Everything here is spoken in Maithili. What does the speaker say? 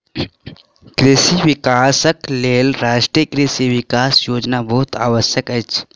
कृषि विकासक लेल राष्ट्रीय कृषि विकास योजना बहुत आवश्यक अछि